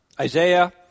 Isaiah